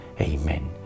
Amen